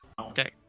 Okay